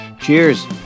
cheers